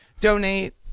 donate